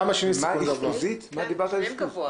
ארבל, מה דיברת על אשפוז?